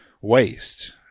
waste